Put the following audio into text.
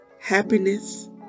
happiness